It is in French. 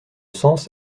sens